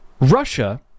Russia